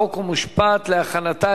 חוק ומשפט נתקבלה.